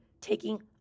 taking